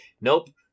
nope